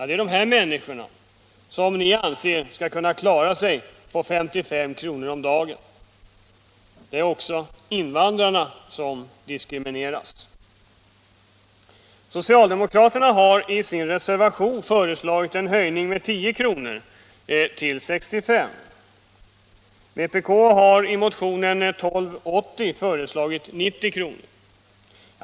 Det är dessa människor som ni anser skall kunna klara sig på 55 kr. om dagen. Det är även invandrarna som diskrimineras. Socialdemokraterna har i sin reservation föreslagit en höjning med 10 kr. till 65 kr. Vpk har i motionen 1280 föreslagit 90 kr.